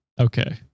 Okay